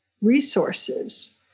resources